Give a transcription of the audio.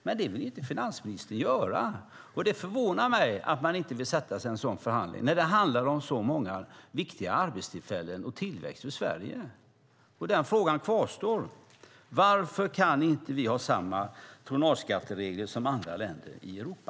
Men det vill finansministern inte göra. Det förvånar mig att man inte vill sätta sig ned i en sådan förhandling då det handlar om så många viktiga arbetstillfällen, om tillväxt för Sverige. Frågan kvarstår: Varför kan inte Sverige ha samma tonnageskatteregler som andra länder i Europa?